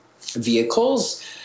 vehicles